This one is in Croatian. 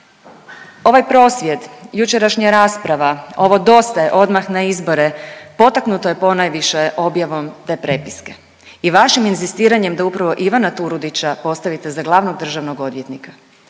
Ovaj prosvjed jučerašnja rasprava, ovo dosta je odmah na izbore, potaknuto je ponajviše objavom te prepiske i vašim inzistiranjem da upravo Ivana Turudića postavite za glavnog državnog odvjetnika.